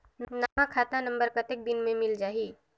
नवा खाता नंबर कतेक दिन मे मिल जाही?